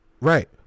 Right